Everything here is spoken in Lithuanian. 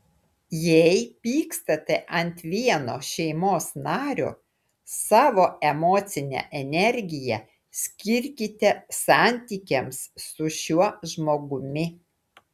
jei pykstate ant vieno šeimos nario savo emocinę energiją skirkite santykiams su šiuo žmogumi